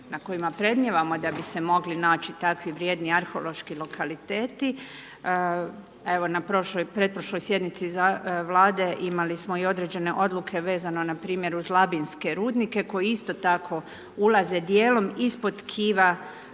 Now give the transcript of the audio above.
na kojima predmnijevamo da bi se mogli naći takvi vrijedni arheološki lokaliteti. Evo, na pretprošloj sjednici Vlade imali smo i određene odluke vezano npr. uz labinske rudnike koji isto tako ulaze dijelom ispod tkiva